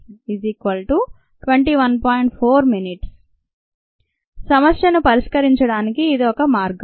4 min సమస్యను పరిష్కరించడానికి ఇది ఒక మార్గం